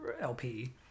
LP